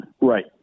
Right